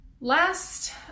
last